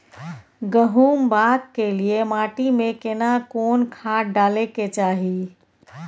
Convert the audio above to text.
गहुम बाग के लिये माटी मे केना कोन खाद डालै के चाही?